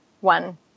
one